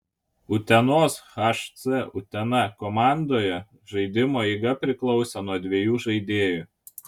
utenos hc utena komandoje žaidimo eiga priklausė nuo dviejų žaidėjų